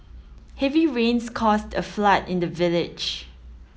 heavy rains caused a flood in the village